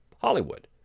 Hollywood